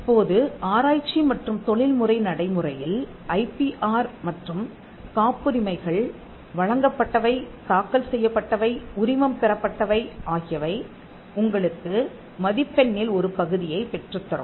இப்போது ஆராய்ச்சி மற்றும் தொழில் முறை நடைமுறையில் ஐ பி ஆர் மற்றும் காப்புரிமைகள் வழங்கப்பட்டவை தாக்கல் செய்யப்பட்டவை உரிமம் பெறப்பட்டவை ஆகியவை உங்களுக்கு மதிப்பெண்ணில் ஒரு பகுதியைப் பெற்றுத்தரும்